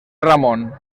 ramon